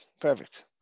Perfect